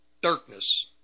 darkness